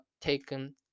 taken